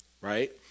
Right